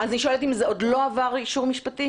אני שואלת אם זה עוד לא עבר אישור משפטי.